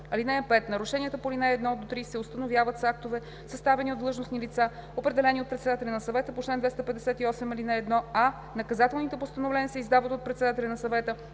лв. (5) Нарушенията по ал. 1 – 3 се установяват с актове, съставени от длъжностни лица, определени от председателя на съвета по чл. 258, ал. 1, а наказателните постановления се издават от председателя на съвета